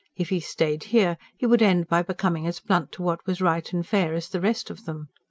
if he stayed here, he would end by becoming as blunt to what was right and fair as the rest of them.